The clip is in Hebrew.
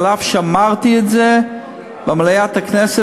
אף שאמרתי את זה במליאת הכנסת,